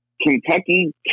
Kentucky